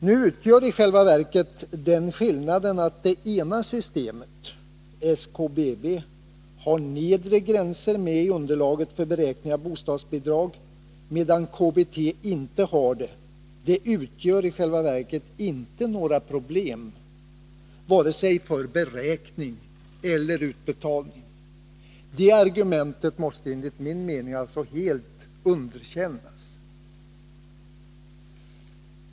I själva verket utgör den skillnaden att det ena systemet, SKBB, har nedre gränser med i underlaget för beräkning av bostadsbidrag, medan KBT inte har det, inte något problem för vare sig beräkning eller utbetalning. Det argumentet måste enligt min mening alltså helt underkännas.